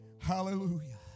Hallelujah